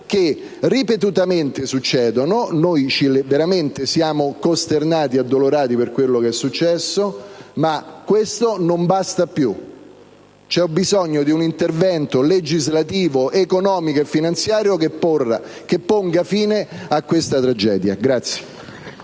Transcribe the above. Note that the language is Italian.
che ripetutamente accadono. Noi siamo costernati e addolorati per quello che è successo, ma questo non basta più. C'è bisogno di un intervento legislativo, economico e finanziario, che ponga fine a questa tragedia.